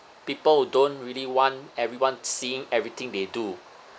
people don't really want everyone seeing everything they do